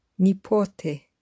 Nipote